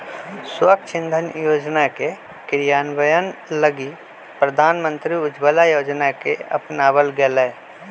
स्वच्छ इंधन योजना के क्रियान्वयन लगी प्रधानमंत्री उज्ज्वला योजना के अपनावल गैलय